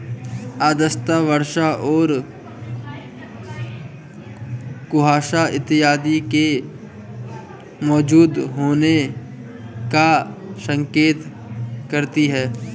आर्द्रता वर्षा और कुहासा इत्यादि के मौजूद होने का संकेत करती है